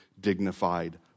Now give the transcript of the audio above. dignified